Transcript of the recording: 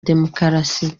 demokarasi